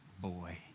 boy